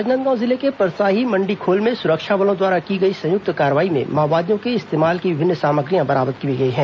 राजनांदगांव जिले के परसाही मंडीखोल में सुरक्षा बलों द्वारा की गई संयुक्त कार्रवाई में माओवादियों के इस्तेमाल की विभिन्न सामग्रियां बरामद की गई हैं